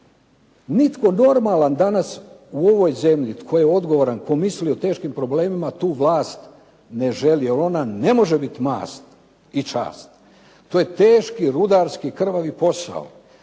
Nitko normalan danas u ovoj zemlji tko je odgovoran, tko misli o teškim problemima tu vlast ne želi jer ona ne može biti mast i čast. To je teški rudarski krvavi posao.